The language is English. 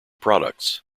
products